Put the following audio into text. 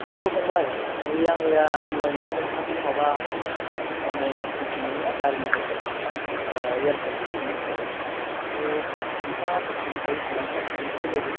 hello फंबाय नै आं मैया अनलाइनदि नोंथांखौ माबा अनलाइन बुकिं खालामदोंमोन ना गारिनि थाखाय एयारपर्टसिम थांनो थाखाय थ' नोंथाङा जेसिबां हायो इसिबां थाब फैलायदो